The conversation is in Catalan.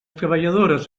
treballadores